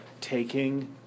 taking